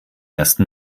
ersten